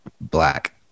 black